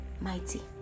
mighty